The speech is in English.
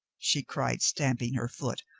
she cried, stamping her foot.